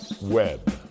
web